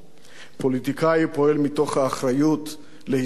פוליטיקאי פועל מתוך האחריות להישרדותו.